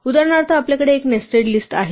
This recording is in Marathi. उदाहरणार्थ आपल्याकडे एक नेस्टेड लिस्ट आहे